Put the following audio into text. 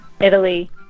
Italy